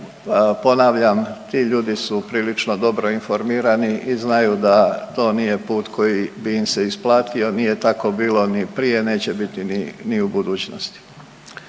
Ponavljam, ti ljudi su prilično dobro informirani i znaju da to nije put koji bi im se isplatio, nije tako bilo ni prije, neće biti ni, ni u budućnosti.